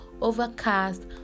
Overcast